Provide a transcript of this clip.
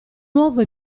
nuovo